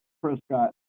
prescott